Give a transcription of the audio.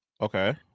okay